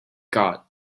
got